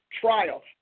trial